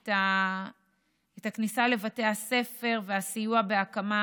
את הכניסה לבתי הספר והסיוע בהקמה